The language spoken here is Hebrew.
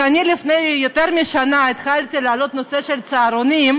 כשאני לפני יותר משנה התחלתי להעלות את נושא הצהרונים,